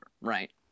right